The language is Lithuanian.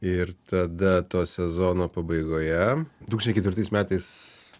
ir tada to sezono pabaigoje du tūkstančiai ketvirtais metais